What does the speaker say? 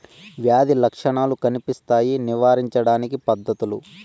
వ్యాధి లక్షణాలు కనిపిస్తాయి నివారించడానికి పద్ధతులు?